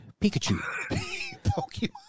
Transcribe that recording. Pikachu